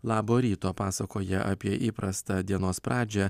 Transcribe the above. labo ryto pasakoja apie įprastą dienos pradžią